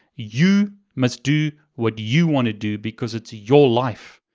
you must do what you want to do because it's your life.